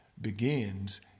begins